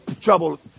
trouble